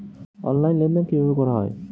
Online লেনদেন কিভাবে করা হয়?